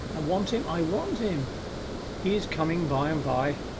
i want him, i want him he is coming by-and-by.